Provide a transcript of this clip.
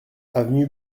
avenue